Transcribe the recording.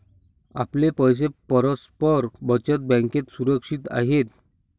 आपले पैसे परस्पर बचत बँकेत सुरक्षित आहेत